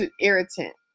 irritant